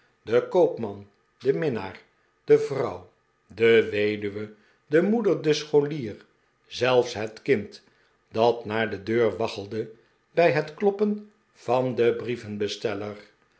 de koopman de minnaar de vrouw de weduwe de moeder de scholier zelfs het kind dat naar de deur waggelde bij het kloppen van den